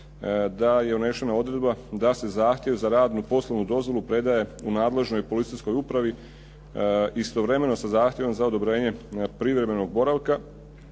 da je unesena odredba da se zahtjev za radnu poslovnu dozvolu predaje u nadležnoj policijskoj upravi istovremeno sa zahtjevom za odobrenje privremenog boravka